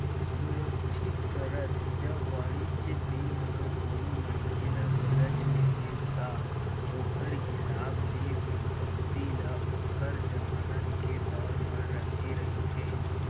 सुरक्छित करज, जब वाणिज्य बेंक ह कोनो मनखे ल करज देथे ता ओखर हिसाब ले संपत्ति ल ओखर जमानत के तौर म रखे रहिथे